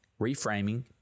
reframing